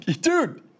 Dude